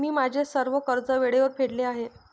मी माझे सर्व कर्ज वेळेवर फेडले आहे